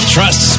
Trust